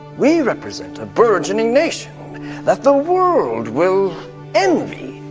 we represent a burgeoning nation that the world will envy.